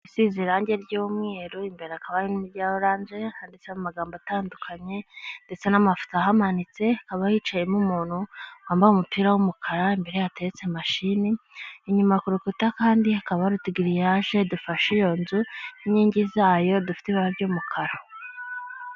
Isize irangi ry'umweru imbere hakaba harimo irya oranje handitseho amagambo atandukanye ndetse n'amafoto ahamanitse haba hicayemo umuntu wambaye umupira w'umukara imbere ye hakaba hateretse mashini inyuma k'urukuta hakaba hari utugiriyaje dufasge iyo nzu n'inkingi zayo dufite ibara ry'umukara.